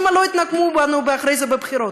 שמא יתנקמו בנו אחרי זה בבחירות.